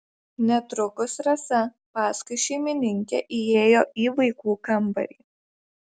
netrukus rasa paskui šeimininkę įėjo į vaikų kambarį